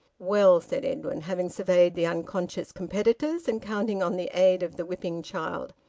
well, said edwin, having surveyed the unconscious competitors, and counting on the aid of the whipping child,